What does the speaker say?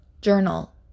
journal